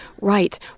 Right